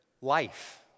life